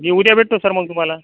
मी उद्या भेटतो सर मग तुम्हाला